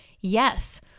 yes